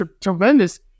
tremendous